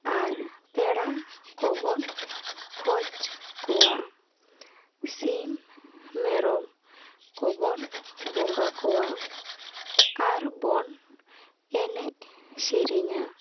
ᱟᱨ ᱯᱮᱲᱟ ᱠᱚ ᱵᱚᱱ ᱠᱷᱚᱡᱽ ᱠᱚᱣᱟ ᱥᱤᱢ ᱢᱮᱨᱚᱢ ᱠᱚᱵᱚᱱ ᱵᱚᱸᱜᱟ ᱠᱚᱣᱟ ᱟᱨ ᱵᱚᱱ ᱮᱱᱮᱡ ᱥᱮᱨᱮᱧᱟ